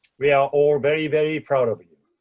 we are all very, very proud of you.